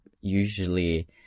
usually